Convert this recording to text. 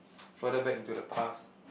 further back into the past